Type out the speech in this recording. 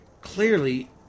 clearly